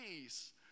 peace